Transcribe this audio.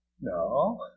No